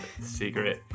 secret